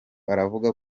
aravuga